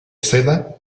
seda